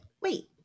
wait